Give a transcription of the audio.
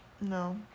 No